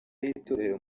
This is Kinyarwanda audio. y’itorero